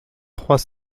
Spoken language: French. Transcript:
trois